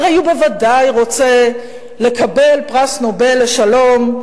הרי הוא בוודאי רוצה לקבל פרס נובל לשלום,